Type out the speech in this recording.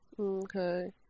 Okay